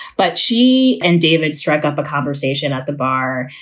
but she and david struck up a conversation at the bar.